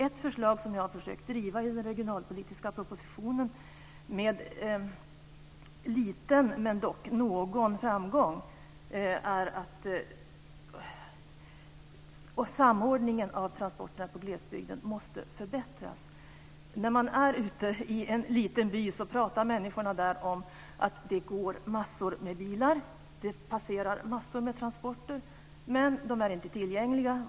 Ett förslag som jag har försökt driva i den regionalpolitiska propositionen med liten men dock någon framgång är att samordningen av transporterna i glesbygden måste förbättras. När man besöker en liten by pratar människorna där om att det passerar massor med biltransporter men att de inte är tillgängliga.